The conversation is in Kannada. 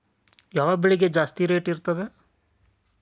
ಯಾವ ಬೆಳಿಗೆ ಜಾಸ್ತಿ ರೇಟ್ ಇರ್ತದ?